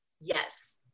Yes